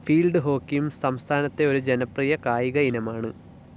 field ഹോക്കിയും സംസ്ഥാനത്തെ ഒരു ജനപ്രിയ കായിക ഇനമാണ്